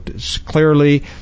clearly